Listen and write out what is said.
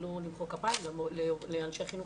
לא למחוא כפיים לאנשי חינוך,